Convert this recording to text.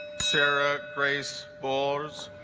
sarah trees balls